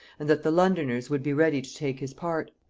and that the londoners would be ready to take his part.